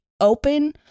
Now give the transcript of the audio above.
open